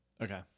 Okay